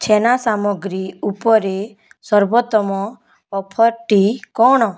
ଛେନା ସାମଗ୍ରୀ ଉପରେ ସର୍ବୋତ୍ତମ ଅଫର୍ଟି କ'ଣ